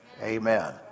Amen